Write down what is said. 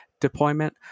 deployment